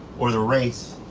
or the race.